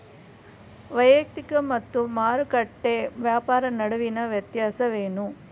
ವೈಯಕ್ತಿಕ ಮತ್ತು ಮಾರುಕಟ್ಟೆ ವ್ಯಾಪಾರ ನಡುವಿನ ವ್ಯತ್ಯಾಸವೇನು?